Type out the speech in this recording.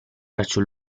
braccio